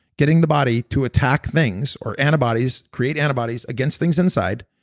getting the body to attack things, our antibodies create antibodies against things inside,